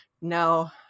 no